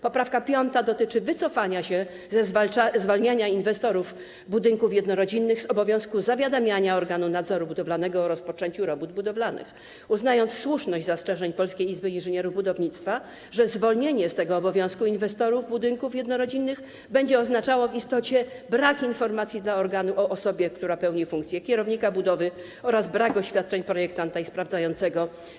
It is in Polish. Poprawka 5. dotyczy wycofania się ze zwalniania inwestorów budynków jednorodzinnych z obowiązku zawiadamiania organu nadzoru budowlanego o rozpoczęciu robót budowlanych, uznając słuszność zastrzeżeń Polskiej Izby Inżynierów Budownictwa, że zwolnienie z tego obowiązku inwestorów budynków jednorodzinnych będzie oznaczało w istocie brak informacji dla organu o osobie, która pełni funkcję kierownika budowy, oraz brak oświadczeń projektanta i sprawdzającego.